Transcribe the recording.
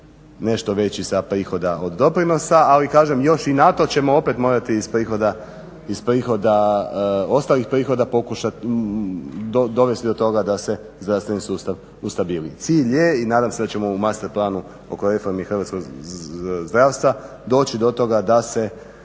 nešto veći sa prihoda od doprinosa. Ali kažem još i na to ćemo opet morati iz prihoda, ostalih prihoda pokušati dovesti do toga da se zdravstveni sustav ustabili. Cilj je i nadam se da ćemo u master planu oko reformi hrvatskog zdravstva doći do toga da se